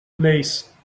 lace